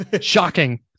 shocking